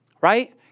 right